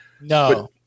No